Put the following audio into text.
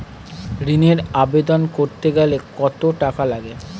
ঋণের আবেদন করতে গেলে কত টাকা লাগে?